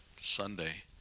Sunday